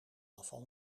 afval